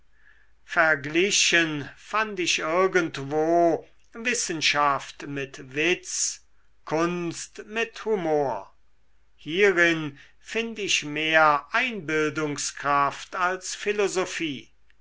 verglichen fand ich irgendwo wissenschaft mit witz kunst mit humor hierin find ich mehr einbildungskraft als philosophie